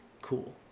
cool